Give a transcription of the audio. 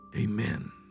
Amen